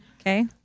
Okay